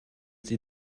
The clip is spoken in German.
sie